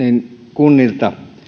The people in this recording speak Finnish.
kunnilta